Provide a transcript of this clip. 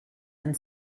and